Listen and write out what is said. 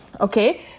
okay